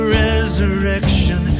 resurrection